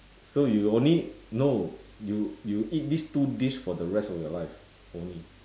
so you only no you you eat this two dish for the rest of your life only